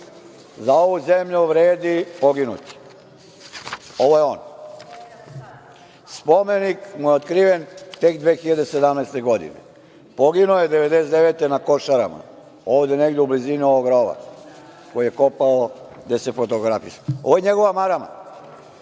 „Za ovu zemlju vredi poginuti“. Ovo je on. Spomenik mu je otkriven tek 2017. godine. Poginuo je 1999. godine, na Košarama, ovde negde u blizini ovog rova koji je kopao gde se fotografisao. Ovo je njegova marama,